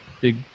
big